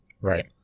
Right